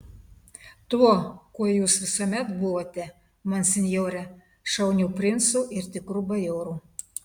tuo kuo jūs visuomet buvote monsinjore šauniu princu ir tikru bajoru